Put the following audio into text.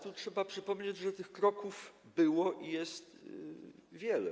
Trzeba tu przypomnieć, że tych kroków było i jest wiele.